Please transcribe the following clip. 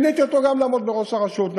מיניתי אותו לעמוד בראש הרשות.